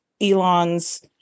Elon's